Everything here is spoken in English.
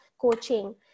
coaching